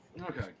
Okay